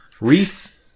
Reese